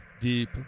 deep